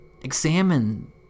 Examine